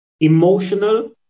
emotional